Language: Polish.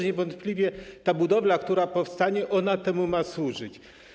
Niewątpliwie ta budowla, która powstanie, też ma temu służyć.